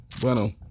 bueno